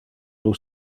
non